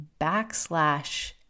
backslash